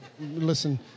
listen